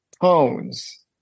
tones